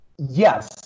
Yes